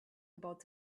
about